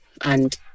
and-